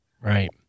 right